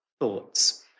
thoughts